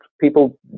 people